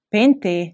Pente